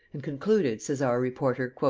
and concluded, says our reporter,